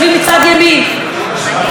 הם לא יושבים בצד הנכון,